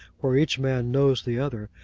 where each man knows the other,